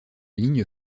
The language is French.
ligne